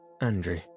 Andrew